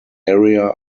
area